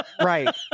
Right